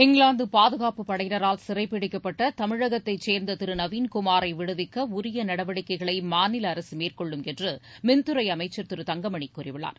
இங்கிலாந்து பாதுகாப்பு படையினரால் சிறைப்பிடிக்கப்பட்டுள்ள தமிழகத்தைச் சேர்ந்த திரு நவீன்குமாரை விடுவிக்க உரிய நடவடிக்கைகளை மாநில அரசு மேற்கொள்ளும் என்று மின்துறை அமைச்சர் திரு தங்கமணி கூறியுள்ளார்